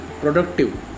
productive